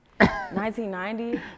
1990